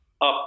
up